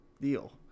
deal